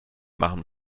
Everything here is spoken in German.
machen